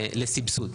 לסבסוד.